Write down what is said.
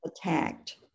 attacked